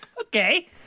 Okay